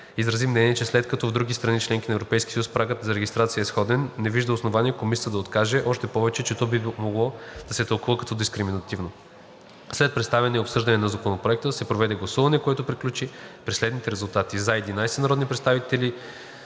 изрази мнение, че след като в други страни – членки на Европейския съюз, прагът за регистрация е сходен, не вижда основание Комисията да откаже, още повече че то би могло да се тълкува като дискриминационно. След представяне и обсъждане на Законопроекта се проведе гласуване, което приключи при следните резултати: 11 гласа „за“,